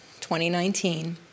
2019